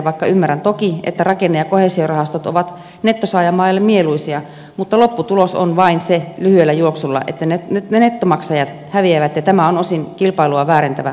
vaikka ymmärrän toki että rakenne ja koheesiorahastot ovat nettosaajamaille mieluisia niin lopputulos on lyhyellä juoksulla vain se että nettomaksajat häviävät ja tämä on osin kilpailua väärentävä tilanne